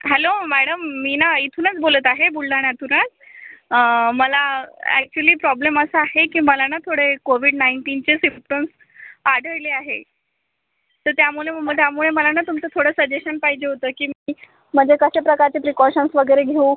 hello madam मी ना इथूनच बोलत आहे बुलढाण्यातूनच मला ॲक्च्युअली प्रॉब्लेम असा आहे की मला ना थोडे कोविड नाईन्टीनचे सिम्प्टम्स आढळले आहे तर त्यामुळे तर त्यामुळे मला ना तुमचं थोडं सजेशन पाहिजे होतं की मी म्हणजे कशा प्रकारचे प्रिकॉशन्स वगैरे घेऊ